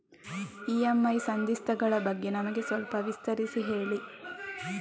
EMI ಸಂಧಿಸ್ತ ಗಳ ಬಗ್ಗೆ ನಮಗೆ ಸ್ವಲ್ಪ ವಿಸ್ತರಿಸಿ ಹೇಳಿ